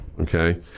okay